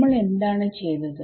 നമ്മൾ എന്താണ് ചെയ്തത്